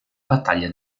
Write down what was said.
battaglia